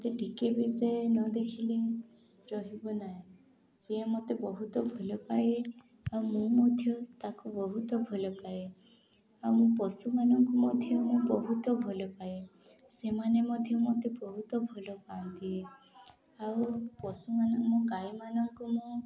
ମତେ ଟିକେ ବି ସେ ନଦେଖିଲେ ରହିବ ନାହିଁ ସିଏ ମତେ ବହୁତ ଭଲ ପାଏ ଆଉ ମୁଁ ମଧ୍ୟ ତାକୁ ବହୁତ ଭଲ ପାାଏ ଆଉ ମୁଁ ପଶୁମାନଙ୍କୁ ମଧ୍ୟ ମୁଁ ବହୁତ ଭଲ ପାାଏ ସେମାନେ ମଧ୍ୟ ମତେ ବହୁତ ଭଲ ପାଆନ୍ତି ଆଉ ପଶୁମାନ ମୋ ଗାଈମାନଙ୍କୁ ମୁଁ